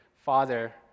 father